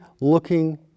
looking